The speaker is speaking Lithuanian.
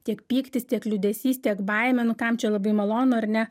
tiek pyktis tiek liūdesys tiek baimė nu kam čia labai malonu ar ne